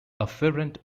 afferent